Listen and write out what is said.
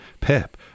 Pep